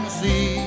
see